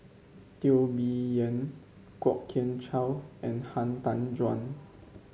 Teo Bee Yen Kwok Kian Chow and Han Tan Juan